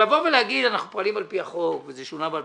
לבוא ולומר שאנחנו פועלים על פי החוק וזה שונה ב-2011,